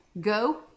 go